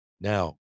Now